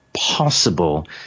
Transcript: possible